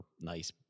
nice